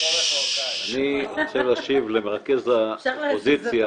אני רוצה להשיב למרכז האופוזיציה.